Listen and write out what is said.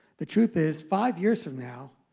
the truth is five years from now,